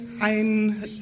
ein